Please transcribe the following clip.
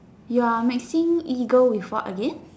you are mixing eagle with what again